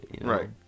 Right